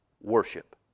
worship